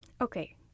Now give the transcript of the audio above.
Okay